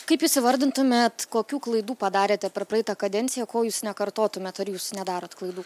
kaip jūs įvardintumėt kokių klaidų padarėte per praeitą kadenciją ko jūs nekartotumėt ar jūs nedarot klaidų